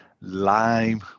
Lime